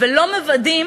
ולא מוודאים